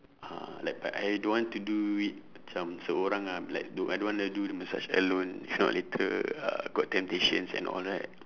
ah like but I don't want to do it macam seorang ah like don~ I don't want to do the massage alone if not later uh got temptations and all right